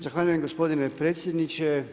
Zahvaljujem gospodine predsjedniče.